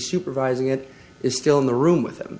supervising it is still in the room with him